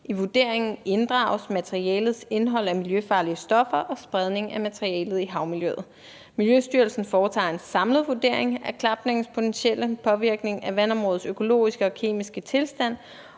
I vurderingen inddrages materialets indhold af miljøfarlige stoffer og spredning af materialet i havmiljøet. Miljøstyrelsen foretager en samlet vurdering af klapningens potentielle påvirkning af vandområdets økologiske og kemiske tilstand,